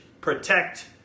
protect